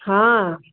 हा